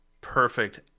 perfect